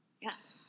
Yes